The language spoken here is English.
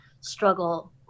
struggle